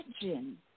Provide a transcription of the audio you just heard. imagine